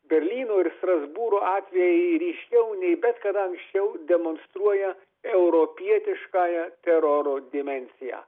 berlyno ir strasbūro atvejai ryškiau nei bet kada anksčiau demonstruoja europietiškąją teroro dimensiją